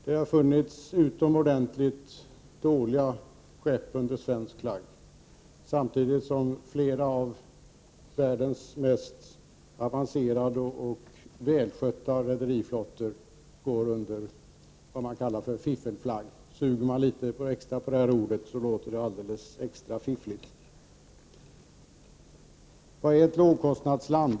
Det har funnits utomordentligt dåliga skepp under svensk flagg, samtidigt som flera av världens mest avancerade och välskötta rederiflottor går under vad man kallar fiffelflagg. Suger man litet extra på det ordet, så låter det alldeles särskilt fiffligt. Vad är ett lågkostnadsland?